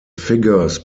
figures